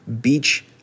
beach